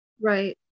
Right